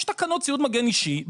יש תקנות ציוד מגן אישי,